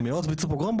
מאות ביצעו פוגרום?